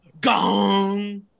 Gong